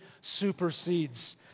supersedes